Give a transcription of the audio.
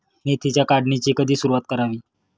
मेथीच्या काढणीची कधी सुरूवात करावी?